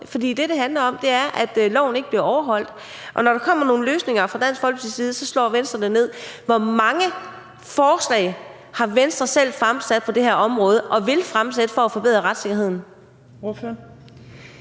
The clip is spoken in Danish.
for det, det handler om, er, at loven ikke bliver overholdt, og når der kommer nogle løsninger fra Dansk Folkepartis side, så slår Venstre det ned. Hvor mange forslag har Venstre selv fremsat – og vil fremsætte – på det her område for at forbedre retssikkerheden?